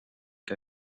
que